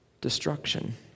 destruction